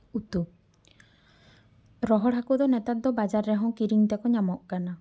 ᱩᱛᱩ ᱨᱚᱦᱚᱲ ᱦᱟᱹᱠᱩ ᱫᱚ ᱱᱮᱛᱟᱨ ᱫᱚ ᱵᱟᱡᱟᱨ ᱨᱮᱦᱚᱸ ᱠᱤᱨᱤᱧ ᱛᱮᱠᱚ ᱧᱟᱚᱜ ᱠᱟᱱᱟ